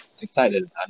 excited